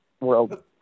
World